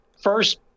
first